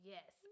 Yes